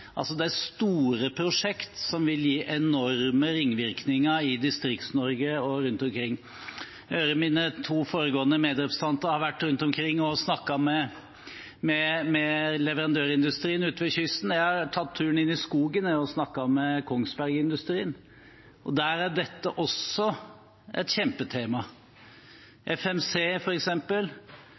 er store prosjekter som vil ha enorme ringvirkninger i Distrikts-Norge og rundt omkring. Jeg hører at de to foregående talerne – mine medrepresentanter – har vært rundt omkring og snakket med leverandørindustrien ute ved kysten. Jeg har tatt turen inn i skogen og snakket med Kongsberg-industrien. Der også er dette et kjempestort tema. FMC,